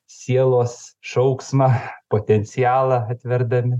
sielos šauksmą potencialą atverdami